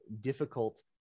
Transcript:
difficult